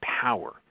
power